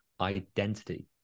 identity